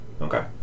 Okay